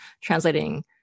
translating